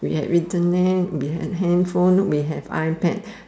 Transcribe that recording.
we have Internet we have handphone we have iPad